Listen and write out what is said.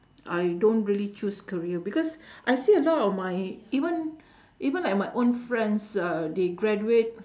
I don't really choose career because I see a lot of my even even like my own friends uh they graduate